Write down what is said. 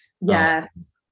yes